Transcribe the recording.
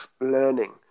learning